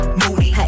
moody